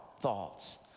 thoughts